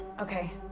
Okay